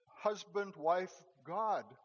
husband-wife-God